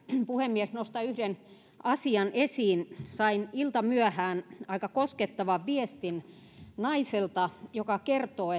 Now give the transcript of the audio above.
puhemies nostan yhden asian esiin sain iltamyöhään aika koskettavan viestin naiselta joka kertoo